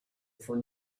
for